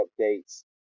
updates